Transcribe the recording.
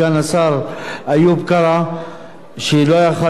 שלא יכול לחתום עליה בגלל היותו חלק מהממשלה.